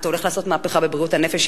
אתה הולך לעשות מהפכה בבריאות הנפש,